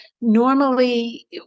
normally